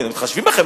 כי: מתחשבים בכם,